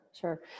sure